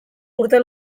urte